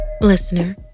Listener